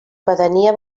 pedania